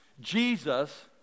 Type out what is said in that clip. Jesus